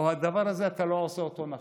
או הדבר הזה, אתה לא עושה אותו נכון.